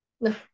no